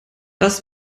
das